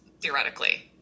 theoretically